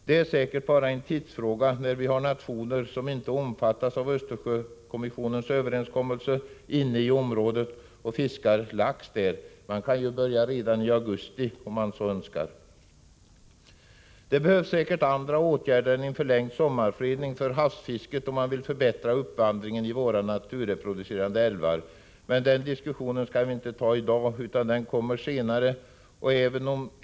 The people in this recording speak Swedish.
Det är säkert bara en tidsfråga innan vi har nationer som inte omfattas av Östersjökommissionens överenskommelse inne i området och fiskar lax. De kan ju börja redan i augusti, om de så önskar. Det behövs säkert andra åtgärder än en förlängd sommarfredning för havsfisket om man vill förbättra uppvandringen i våra naturreproducerande älvar, men den diskussionen skall vi inte föra i dag, utan den kommer senare.